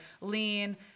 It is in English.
lean